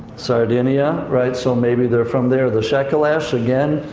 sardinia, right. so maybe they're from there. the skekelesh, again,